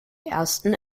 ersten